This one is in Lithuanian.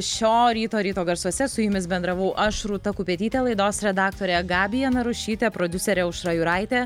šio ryto ryto garsuose su jumis bendravau aš rūta kupetytė laidos redaktorė gabija narušytė prodiuserė aušra juraitė